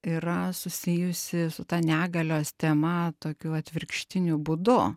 yra susijusi su ta negalios tema tokiu atvirkštiniu būdu